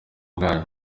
bwayo